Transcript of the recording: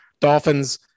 Dolphins